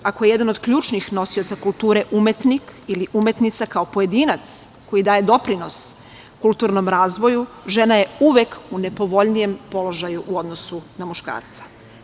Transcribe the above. Ako jedan od ključnih nosioca kulture umetnik ili umetnica kao pojedinac koji daje doprinos kulturnom razvoju, žena je uvek u nepovoljnijem položaju u odnosu na muškarca.